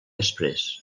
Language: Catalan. després